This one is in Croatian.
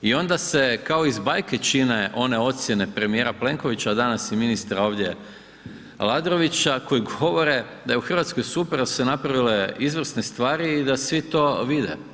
I onda se kao iz bajke čine one ocjene premijera Plenkovića a danas i ministra ovdje Aladrovića koje govore da je u Hrvatskoj super, da su se napravile izvrsne stvari i da svi to vide.